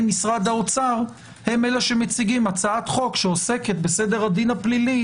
משרד האוצר הם אלה שמציגים הצעת חוק שעוסקת בסדר הדין הפלילי